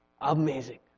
amazing